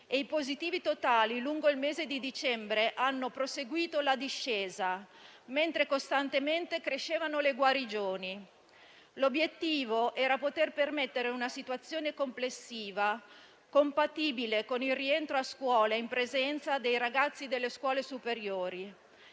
i positivi totali lungo il mese di dicembre hanno proseguito la discesa, mentre le guarigioni crescevano costantemente. L'obiettivo era poter addivenire a una situazione complessiva compatibile con il rientro a scuola in presenza dei ragazzi delle scuole superiori.